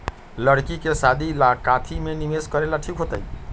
लड़की के शादी ला काथी में निवेस करेला ठीक होतई?